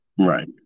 Right